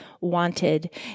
wanted